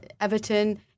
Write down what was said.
Everton